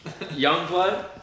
Youngblood